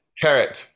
carrot